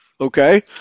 Okay